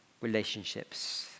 relationships